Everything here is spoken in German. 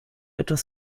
etwas